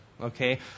Okay